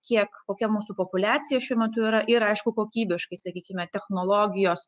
kiek kokia mūsų populiacija šiuo metu yra ir aišku kokybiškai sakykime technologijos